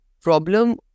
problem